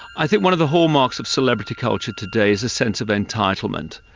i think one of the hallmarks of celebrity culture today is a sense of entitlement.